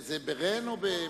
זה בע'ין או בגימ"ל?